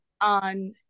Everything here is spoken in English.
on